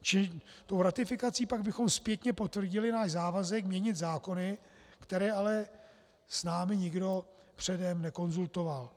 Čili tou ratifikací pak bychom zpětně potvrdili náš závazek měnit zákony, které ale s námi nikdo předem nekonzultoval.